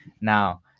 Now